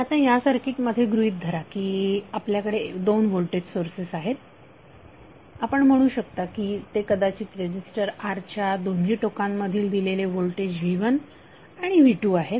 आता या सर्किट मध्ये गृहीत धरा की आपल्याकडे 2 व्होल्टेज सोर्सेस आहेत आपण म्हणू शकता की ते कदाचित रेझीस्टर R च्या दोन्ही टोकांमधील दिलेले व्होल्टेज V1आणि V2आहेत